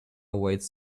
waits